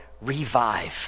revive